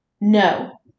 No